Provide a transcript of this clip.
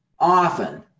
Often